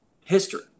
history